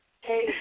hey